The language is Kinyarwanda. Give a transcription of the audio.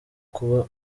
kuba